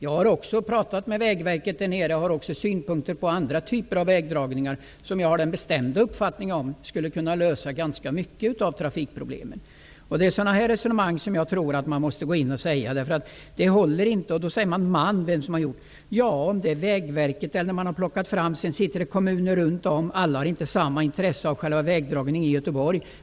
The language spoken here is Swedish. Jag har också pratat med vägverket och har synpunkter på andra vägdragningar som jag är säker på skulle lösa en stor del av trafikproblemen. Det är sådana resonemang jag tror att man måste föra. Vägverket och kommunerna runt omkring har inte alla samma intresse av vägdragningen i själva Göteborg.